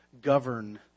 govern